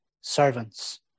servants